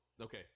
okay